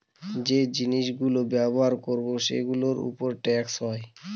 যে জিনিস গুলো ব্যবহার করবো সেগুলোর উপর ট্যাক্স হয়